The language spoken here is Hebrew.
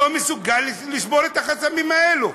לא אהיה מסוגל לשבור את החסמים האלו.